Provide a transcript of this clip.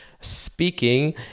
speaking